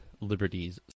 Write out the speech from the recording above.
liberties